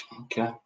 Okay